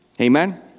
Amen